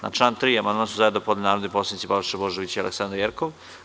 Na član 3. amandman su zajedno podneli narodni poslanici Balša Božović i mr Aleksandra Jerkov.